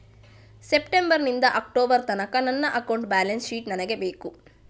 September ನಿಂದ October ತನಕ ನನ್ನ ಅಕೌಂಟ್ ಬ್ಯಾಲೆನ್ಸ್ ಶೀಟ್ ನನಗೆ ಬೇಕು